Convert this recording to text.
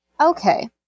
Okay